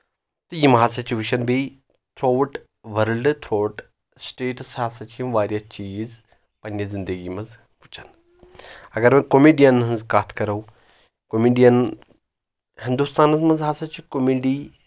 تہٕ یِم ہسا چھِ وٕچھان بیٚیہِ تھرٛوٗٹ وٲلڈ تھرٛوٗٹ سٹیٹٔس ہسا چھِ یِم واریاہ چیٖز پنٕنہِ زندگی منٛز وٕچھان اگر وۄنۍ کومیڈین ہٕنٛز کتھ کرو کومیڈین ہندوستانس منٛز ہسا چھِ کومیڈی